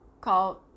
called